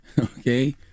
Okay